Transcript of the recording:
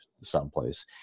someplace